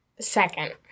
second